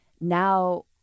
now